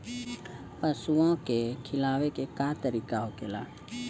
पशुओं के खिलावे के का तरीका होखेला?